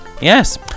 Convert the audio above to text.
Yes